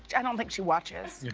i don't think she watches. yeah